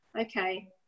okay